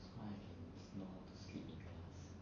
so I can snore sleep in class